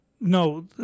No